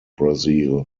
brazil